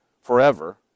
forever